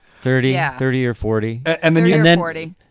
thirty out, thirty or forty and then yeah and then ready.